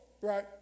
right